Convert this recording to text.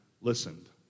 listened